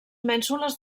mènsules